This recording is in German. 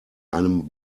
einem